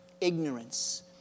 ignorance